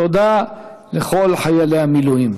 תודה לכל חיילי המילואים.